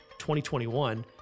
2021